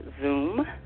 Zoom